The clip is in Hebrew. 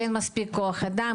שאין מספיק כוח אדם,